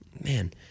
Man